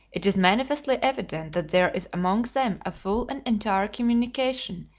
it is manifestly evident that there is among them a full and entire communication,